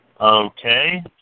Okay